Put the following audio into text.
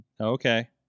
Okay